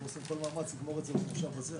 אנחנו עושים כל מאמץ לגמור את זה במושב הזה,